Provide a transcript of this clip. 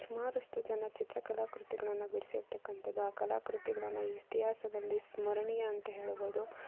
ಸುಮಾರಷ್ಟು ಜನ ಚಿತ್ರಕಲಾ ಕೃತಿಗಳನ್ನು ಬಿಡಿಸಿರ್ತಕ್ಕಂಥದ್ದು ಆ ಕಲಾ ಕೃತಿಗಳನ್ನು ಇತಿಹಾಸದಲ್ಲಿ ಸ್ಮರಣೀಯ ಅಂತ ಹೇಳ್ಬೋದು